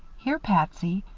here, patsy!